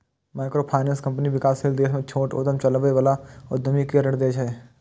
microfinance company विकासशील देश मे छोट उद्यम चलबै बला उद्यमी कें ऋण दै छै